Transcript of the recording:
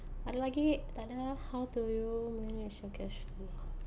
ada lagi takda how do you manage your cashflow